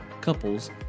couples